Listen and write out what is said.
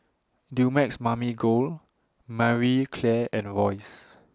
Dumex Mamil Gold Marie Claire and Royce